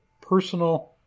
personal